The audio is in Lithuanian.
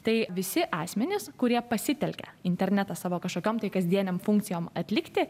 tai visi asmenys kurie pasitelkia internetą savo kažkokiom tai kasdieniam funkcijoms atlikti